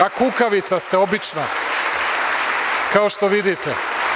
A kukavica ste obična, kao što vidite.